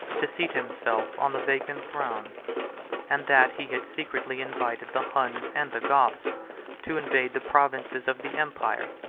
to seat himself on the vacant throne and that he had secretly invited the huns and the goths to invade the provinces of the empire,